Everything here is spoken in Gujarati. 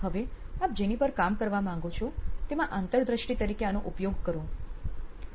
હવે આપ જેની પર કામ કરવા માંગો છો તેમાં અંતરદૃષ્ટિ તરીકે આનો ઉપયોગ કરી શકો છો